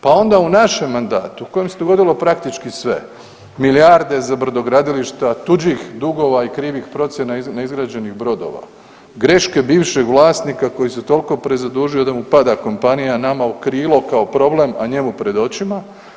Pa onda u našem mandatu u kojem se dogodilo praktički sve, milijarde za brodogradilišta, tuđih dugova i krivih procjena, neizgrađenih brodova, greške bivšeg vlasnika koji se toliko prezadužio da mu pada kompanija nama u krilo u problem, a njemu pred očima.